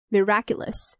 Miraculous